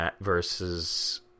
versus